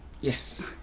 Yes